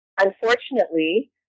Unfortunately